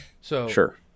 Sure